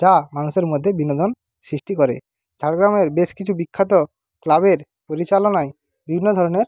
যা মানুষের মধ্যে বিনোদন সৃষ্টি করে ঝাড়গ্রামের বেশ কিছু বিখ্যাত ক্লাবের পরিচালনায় বিভিন্ন ধরণের